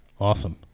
Awesome